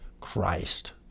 Christ